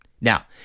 now